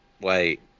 wait